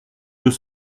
deux